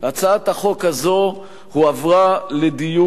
הצעת החוק הזאת הועברה לדיון